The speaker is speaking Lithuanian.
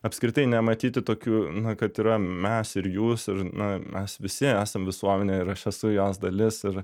apskritai nematyti tokių na kad yra mes ir jūs ir na mes visi esam visuomenė ir aš esu jos dalis ir